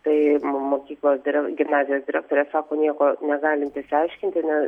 tai mo mokyklos dire gimnazijos direktorė sako nieko negalinti išsiaiškinti ne